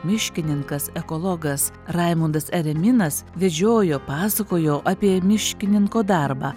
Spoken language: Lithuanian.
miškininkas ekologas raimundas ereminas vedžiojo pasakojo apie miškininko darbą